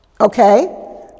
Okay